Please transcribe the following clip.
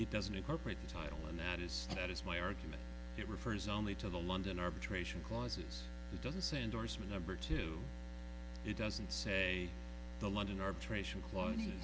it doesn't incorporate the title and that is status my argument it refers only to the london arbitration clauses it doesn't say indorsement number two it doesn't say the london arbitration clause